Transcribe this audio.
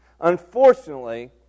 Unfortunately